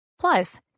Plus